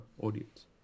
audience